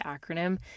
acronym